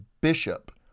bishop